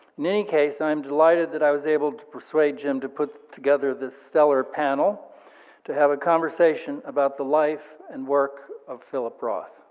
in any case, i'm delighted that i was able to persuade jim to put together this stellar panel to have a conversation about the life and work of philip roth.